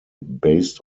based